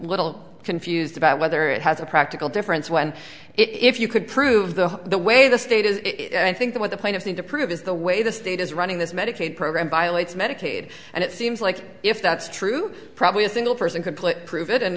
little confused about whether it has a practical difference when if you could prove the the way the state is i think about the kind of thing to prove is the way the state is running this medicaid program violates medicaid and it seems like if that's true probably a single person could please prove it and